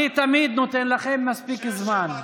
אני תמיד נותן לכם מספיק זמן.